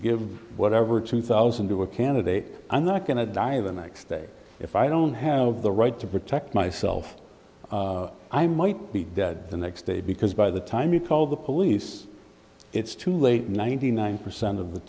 give whatever two thousand to a candidate i'm not going to die the next day if i don't have the right to protect myself i might be dead the next day because by the time you call the police it's too late ninety nine percent of the